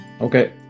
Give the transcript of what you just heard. okay